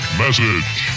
message